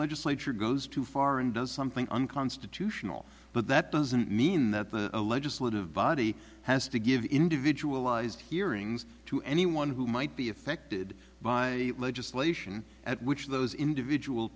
legislature goes too far and does something unconstitutional but that doesn't mean that the legislative body has to give individual ised hearings to anyone who might be affected by legislation at which those individual